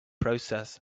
process